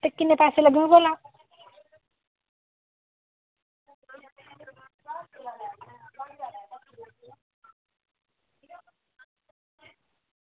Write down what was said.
ते किन्ने पैसे लग्गने भला